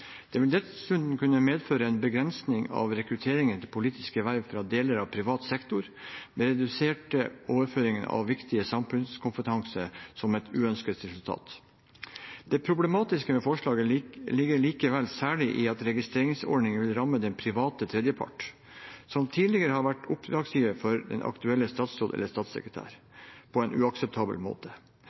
Det vil dessuten kunne medføre en begrensning av rekrutteringen til politiske verv fra deler av privat sektor, med redusert overføring av viktig samfunnskompetanse som et uønsket resultat. Det problematiske med forslaget ligger likevel særlig i at registreringsordningen vil ramme den private tredjepart, som tidligere har vært oppdragsgiver for den aktuelle statsråd eller statssekretær, på en uakseptabel måte.